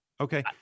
Okay